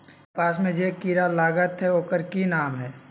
कपास में जे किरा लागत है ओकर कि नाम है?